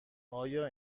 آیا